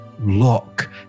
look